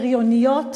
בריוניות